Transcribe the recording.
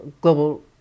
global